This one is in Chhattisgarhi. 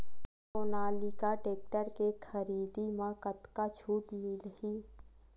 सोनालिका टेक्टर के खरीदी मा कतका छूट मीलही?